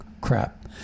crap